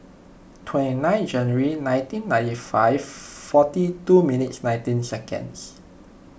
twenty nine January nineteen ninety five forty two minutes nineteen seconds